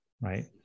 right